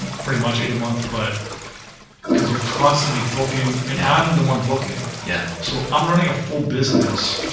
pretty much eight a month. but cause you're constantly booking and i'm the one booking. yeah so i'm running a full business,